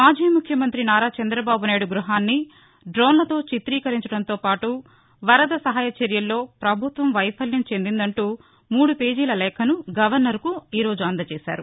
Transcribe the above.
మాజీ ముఖ్యమంతి నారా చంద్రబాబు నాయుడు గృహాన్ని డోస్లతో చితీకరించడంతో పాటు వరద సహాయ చర్యల్లో పభుత్వం వైఫల్యం చెందిందంటూ మూడు పేజీల లేఖను గవర్సర్కు అందజేశారు